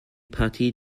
partie